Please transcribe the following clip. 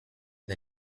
the